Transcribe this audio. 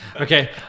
okay